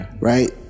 Right